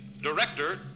director